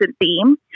theme